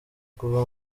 kuva